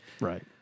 Right